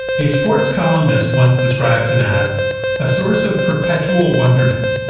a sports columnist once described him as a source of perpetual wonderment.